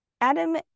adam